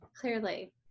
clearly